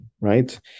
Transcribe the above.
right